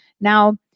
Now